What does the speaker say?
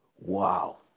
Wow